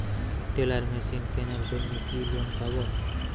Teller machine কেনার জন্য কি লোন পাব?